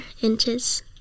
inches